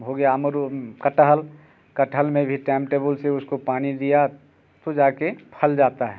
हो गया अमरुद कटहल कटहल में भी टैम टेबुल से उसको पानी दिया तो जाके फल जाता है